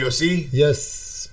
Yes